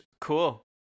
cool